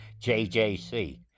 JJC